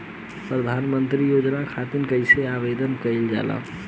प्रधानमंत्री योजना खातिर कइसे आवेदन कइल जाला?